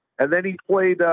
and then he played a,